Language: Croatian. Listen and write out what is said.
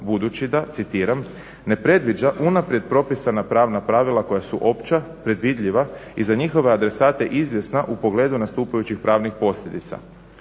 budući da, citiram: ne predviđa unaprijed propisana pravna pravila koja su opća, predvidljiva i za njihove adresate izvjesna u pogledu nastupajućih pravnih posljedica.